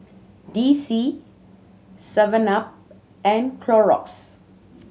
D C seven Up and Clorox